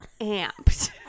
amped